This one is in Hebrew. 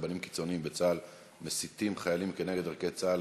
רבנים קיצוניים בשירות צה"ל מסיתים חיילים נגד ערכי צה"ל,